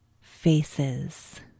faces